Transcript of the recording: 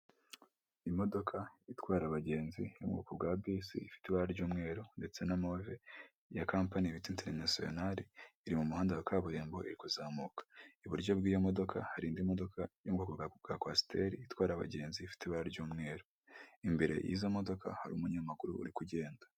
Imodoka itwara abagenzi iri mu bwoko bwa bisi ifite ibara ry'umweru ndetse na movi, ya kampani bita interinasiyonari iri mu muhanda wa kaburimbo iri kuzamuka, iburyo bw'iyo modoka hari indi modoka y'ubwoko bwa kwasiteri, itwara abagenzi ifite ibara ry'umweru imbere yizo modoka hari umunyamaguru uri kugenda.